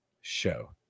show